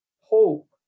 Hope